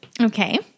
Okay